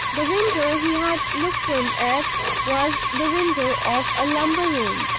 the window he had looked in at was the window of a lumber-room.